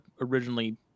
originally